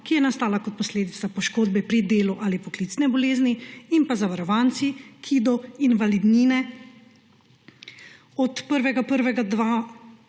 ki je nastala kot posledica poškodbe pri delu ali poklicne bolezni, in zavarovanci, ki do invalidnine od 1. 1.